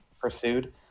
pursued